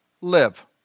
live